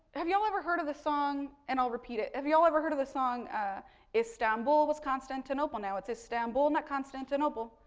have you all ever heard of the song, and i'll repeat it, have you all ever heard of the song ah istanbul not constantinople, no it's istanbul not constantinople,